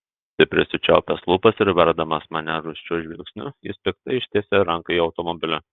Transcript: stipriai sučiaupęs lūpas ir verdamas mane rūsčiu žvilgsniu jis piktai ištiesia ranką į automobilį